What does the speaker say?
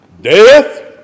Death